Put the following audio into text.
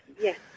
Yes